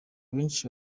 benshi